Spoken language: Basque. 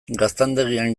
gaztandegian